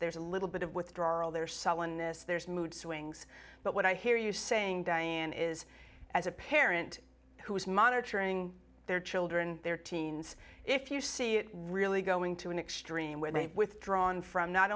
there's a little bit of withdrawal there sullenness there's mood swings but what i hear you saying diane is as a parent who is monitoring their children their teens if you see it really going to an extreme where they have withdrawn from not